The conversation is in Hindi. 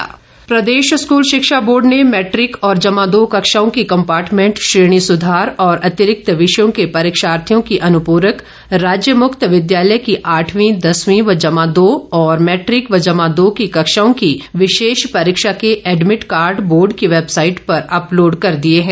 शिक्षा बोर्ड प्रदेश स्कूल शिक्षा बोर्ड ने मैट्रिक और जमा दो कक्षाओं की कम्पार्टमेंट श्रेणी सुधार और अतिरिक्त विषयों के परीक्षार्थियों की अनुपूरक राज्यमुक्त विद्यालय की आठवीं दसवीं व जमा दो और मैट्रिक व जमा दो की कक्षाओं की विशेष परीक्षा के एडमिट कार्ड बोर्ड की वैबसाईट पर अपलोड कर दिए हैं